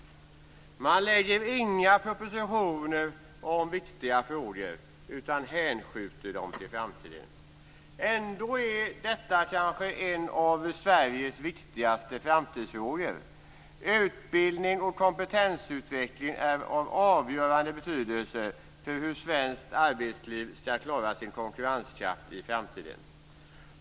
Regeringen lägger inte fram några propositioner om viktiga frågor utan hänskjuter dem till framtiden. Ändå är detta kanske en av Sveriges viktigaste framtidsfrågor. Utbildning och kompetensutveckling är av avgörande betydelse för hur svenskt arbetsliv skall kunna klara sin konkurrenskraft i framtiden.